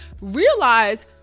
realize